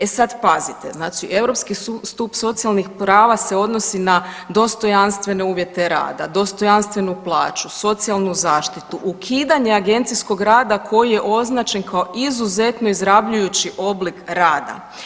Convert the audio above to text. E sad pazite, znači Europski stup socijalnih prava se odnosi na dostojanstvene uvjete rada, dostojanstvenu plaću, socijalnu zaštitu, ukidanje agencijskog rada koji je označen kao izuzetno izrabljujući oblik rada.